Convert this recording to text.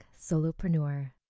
Solopreneur